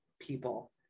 people